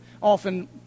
often